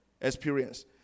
experience